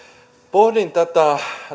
pohdin tätä